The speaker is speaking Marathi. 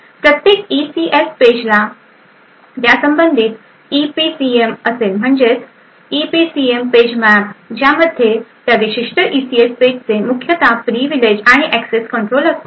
प्रत्येक ईसीएस पेजला त्यासंबंधी ईपीसीएम असेल म्हणजे ईसीएस पेज मॅप ज्यामध्ये त्या विशिष्ट ईसीएस पेजचे मुख्यतः प्रिव्हिलेज आणि एक्सेस कंट्रोल असतील